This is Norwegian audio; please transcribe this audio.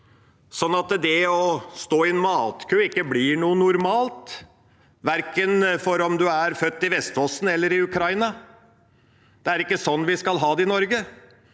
at det å stå i matkø ikke blir normalt verken for en som er født i Vestfossen, eller i Ukraina. Det er ikke slik vi skal ha det i Norge.